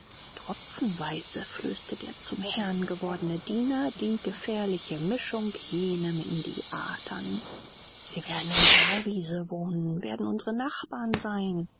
tropfenweise flößte der zum herrn gewordene diener die gefährliche mischung jenem in die adern sie werden in thalwiese wohnen werden unsere nachbarn sein